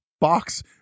box